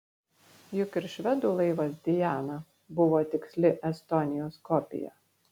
juk ir švedų laivas diana buvo tiksli estonijos kopija